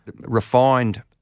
refined